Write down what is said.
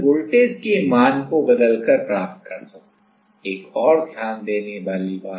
यदि यहां केवल हवा है तो हम कैपेसिटेंस को एप्सिलॉन A बटा d माइनस y लिख सकते हैं